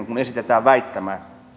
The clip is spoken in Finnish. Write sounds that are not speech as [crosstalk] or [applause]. [unintelligible] kun esitetään väittämä